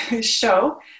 show